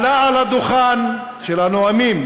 עלה על הדוכן של הנואמים,